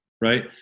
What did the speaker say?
right